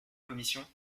commission